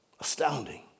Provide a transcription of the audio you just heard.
Astounding